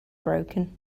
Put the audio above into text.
broken